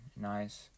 Nice